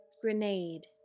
grenade